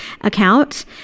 account